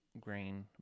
grain